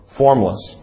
formless